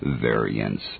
variance